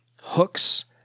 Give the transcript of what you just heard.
hooks